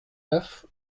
neuf